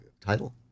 Title